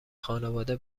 خانواده